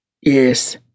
Yes